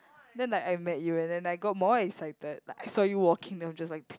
then like I met you and then I got more excited like I saw you walking then I was just like